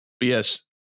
yes